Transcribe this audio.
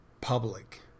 public